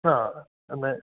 ആ എന്താണ്